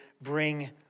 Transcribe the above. bring